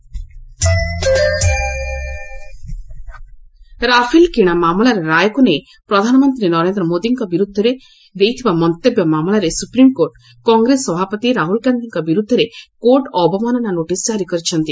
SC Rafale Rahul Rafale କିଣା ମାମଲାର ରାୟକୁ ନେଇ ପ୍ରଧାନମନ୍ତ୍ରୀ ନରେନ୍ଦ୍ରମୋଦିଙ୍କ ବିରୁଦ୍ଧରେ ଦେଇଥିବା ମନ୍ତବ୍ୟ ମାମଲାରେ ସୁପ୍ରିମକୋର୍ଟ କଂଗ୍ରେ ସଭାପତି ରାହୁଲ ଗାନ୍ଧୀଙ୍କ ବିରୁଦ୍ଧରେ କୋର୍ଟ ଅବମାନନା ନୋଟିସ୍ ଜାରି କରିଛନ୍ତି